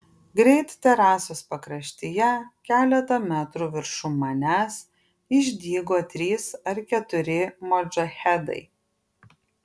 greit terasos pakraštyje keletą metrų viršum manęs išdygo trys ar keturi modžahedai